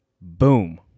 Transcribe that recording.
boom